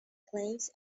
claims